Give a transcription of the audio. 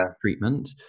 treatment